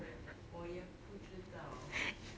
我也不知道